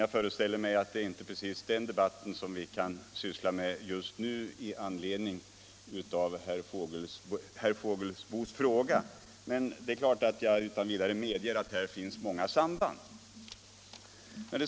— Jag föreställer mig emellertid att det inte precis är den debatten som vi just nu skall syssla med i anledning av herr Fågelsbos fråga, även om jag naturligtvis utan vidare medger att det finns många samband.